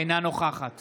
אינה נוכחת